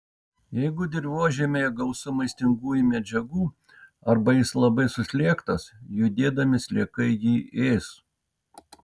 jeigu dirvožemyje gausu maistingųjų medžiagų arba jis labai suslėgtas judėdami sliekai jį ės